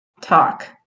Talk